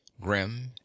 grim